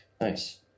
Nice